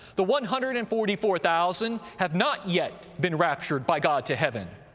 the one hundred and forty four thousand have not yet been raptured by god to heaven.